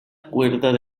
cuerda